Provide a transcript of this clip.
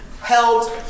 held